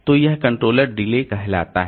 तो यह controller delay कहलाता है